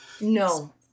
No